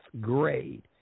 grade